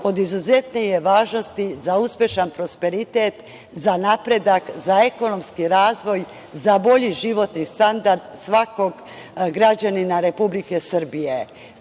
od izuzetne je važnosti za uspešan prosperitet, za napredak, za ekonomski razvoj, za bolji životni standard svakog građanina Republike